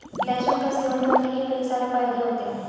लहसुन का सेवन करने के कई सारे फायदे होते है